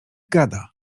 gada